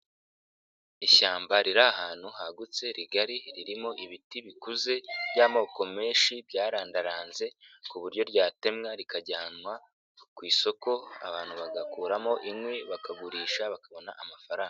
Ishyamba riri ahantu hagutse rigari ririmo ibiti bikuze by'amoko menshi byarandaranze ku buryo ryatemwa rikajyanwa ku isoko abantu bagakuramo inkwi bakagurisha bakabona amafaranga.